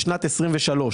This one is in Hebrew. לשנת 23',